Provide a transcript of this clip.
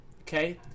Okay